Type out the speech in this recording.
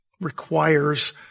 requires